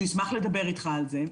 שהוא ישמח לדבר איתך על זה.